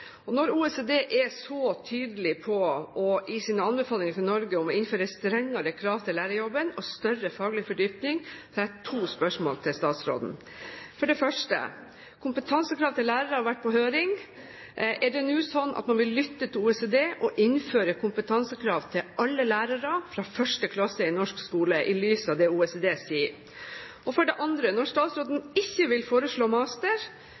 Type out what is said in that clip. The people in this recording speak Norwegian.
å innføre strengere krav til lærerjobben og større faglig fordypning, har jeg to spørsmål til statsråden. For det første: Kompetansekrav til lærere har vært på høring. Er det nå slik at man vil lytte til OECD og innføre kompetansekrav til alle lærere fra 1. klasse i norsk skole, i lys av det OECD sier? For det andre: Når statsråden ikke vil foreslå master,